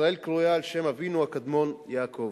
ישראל קרויה על שם אבינו הקדמון, יעקב.